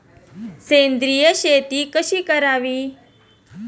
सेंद्रिय शेती कशी करावी?